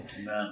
Amen